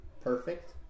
perfect